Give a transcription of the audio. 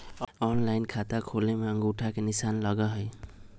Online खाता खोले में अंगूठा के निशान लगहई?